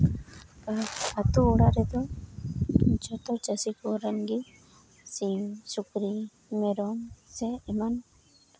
ᱟᱛᱩ ᱚᱲᱟᱜ ᱨᱮᱫᱚ ᱡᱚᱛᱚ ᱪᱟᱹᱥᱤ ᱠᱚᱨᱮᱱ ᱜᱮ ᱥᱤᱢ ᱥᱩᱠᱨᱤ ᱢᱮᱨᱚᱢ ᱠᱚ ᱥᱮ ᱮᱢᱟᱱ